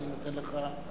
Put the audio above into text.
אני נותן לך,